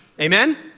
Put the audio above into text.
Amen